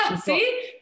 see